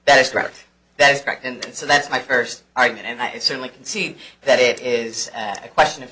that is correct that is correct and so that's my first argument and i certainly can see that it is a question of